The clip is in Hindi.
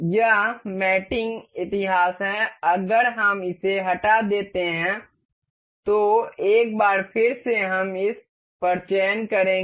यह मैटिंग इतिहास है अगर हम इसे हटा देते हैं तो एक बार फिर से हम इस पर चयन करेंगे